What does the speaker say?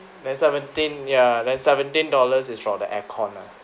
then seventeen ya then seventeen dollars is for the aircon lah